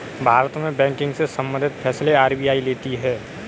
भारत में बैंकिंग से सम्बंधित फैसले आर.बी.आई लेती है